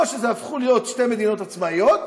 או שהפכו להיות שתי מדינות עצמאיות